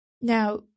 Now